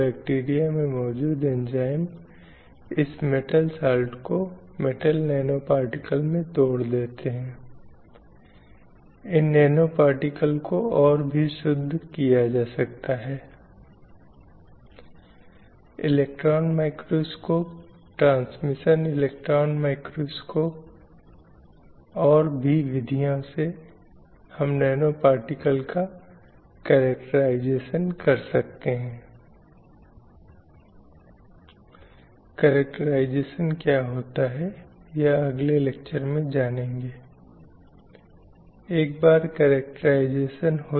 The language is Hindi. सेक्स शारीरिक विशेषताओं या शारीरिक अंतर को संदर्भित करता है जो एक पुरुष और एक महिला को बनाता है इसलिए यह मूल रूप से एक प्राकृतिक अंतर है जो किसी व्यक्ति के शारीरिक बनावट के संबंध में है लेकिन जब हम लिंगलैंगिक शब्द का उपयोग करते हैं तो यह उस अंतर पर प्रतिबिंबित नहीं होता है लेकिन यह मूल रूप से सामाजिक अंतर है जो पुरुष और महिला के बीच मौजूद है